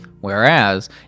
Whereas